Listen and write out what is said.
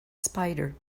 spider